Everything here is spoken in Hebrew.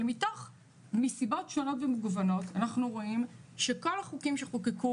מסיבות שונות ומגוונות אנחנו רואים שכל החוקים שחוקקו